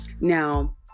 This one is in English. Now